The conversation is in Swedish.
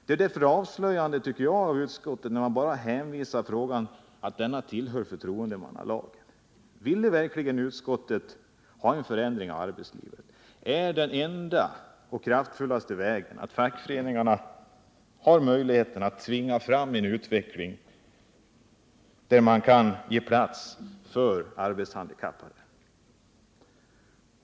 Det är därför avslöjande, tycker jag, att utskottet bara hänvisar till att frågan tillhör förtroendemannalagen. Vill utskottet verkligen ha en förändring av arbetslivet är enda vägen att fackföreningarna har möjligheten att tvinga fram en utveckling där man kan ge plats för arbetshandikappade.